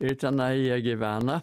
ir tenai jie gyvena